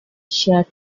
share